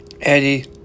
Eddie